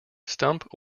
stump